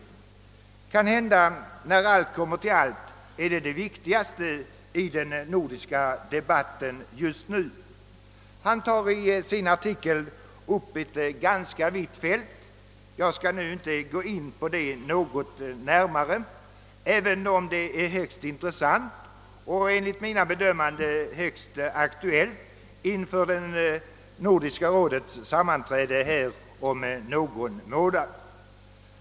När allt kommer omkring är kanhända detta uppslag det viktigaste i den nordiska debatten just nu. Hansen behandlar i sin artikel ett ganska vitt fält. Jag skall inte gå in närmare på problemet, även om det är högst intressant och enligt min bedömning högst aktuellt inför Nordiska rådets sammanträde här i Stockholm om någon månad.